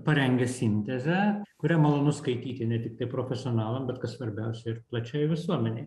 parengia sintezę kurią malonu skaityti ne tiktai profesionalam bet kas svarbiausia ir plačiai visuomenei